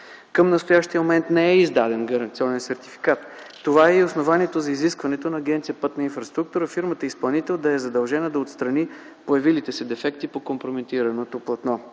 Към настоящия момент не е издаден гаранционен сертификат. Това е и основанието за изискването на Агенция „Пътна инфраструктура” фирмата изпълнител да е задължена да отстрани появилите се дефекти по компрометираното платно